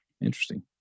Interesting